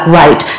right